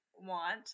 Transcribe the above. want